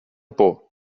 por